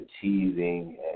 teasing